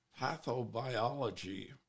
pathobiology